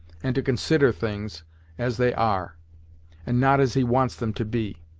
and to consider things as they are, and not as he wants them to be.